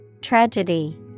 Tragedy